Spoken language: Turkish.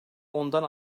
ondan